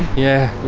yeah,